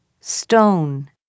Stone